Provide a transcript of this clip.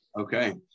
Okay